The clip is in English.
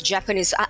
Japanese